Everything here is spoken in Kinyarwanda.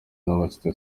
n’abashinzwe